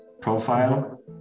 profile